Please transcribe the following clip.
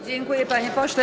Dziękuję, panie pośle.